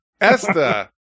Esther